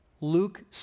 Luke